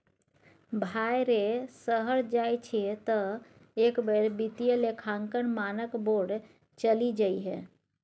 भाय रे शहर जाय छी तँ एक बेर वित्तीय लेखांकन मानक बोर्ड चलि जइहै